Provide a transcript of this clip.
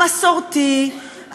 המסורתי,